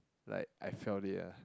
like I felt it ah